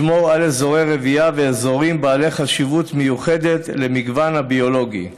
לשמור על אזורי רבייה ואזורים בעלי חשיבות מיוחדת למגוון הביולוגי.